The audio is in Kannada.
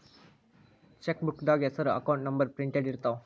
ಚೆಕ್ಬೂಕ್ದಾಗ ಹೆಸರ ಅಕೌಂಟ್ ನಂಬರ್ ಪ್ರಿಂಟೆಡ್ ಇರ್ತಾವ